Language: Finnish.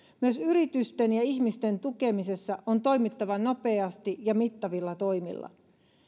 myös yritysten ja ihmisten tukemisessa on toimittava nopeasti ja mittavilla toimilla